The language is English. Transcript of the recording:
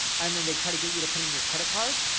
and then they try to get you to put in your credit card,